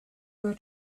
your